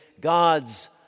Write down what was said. God's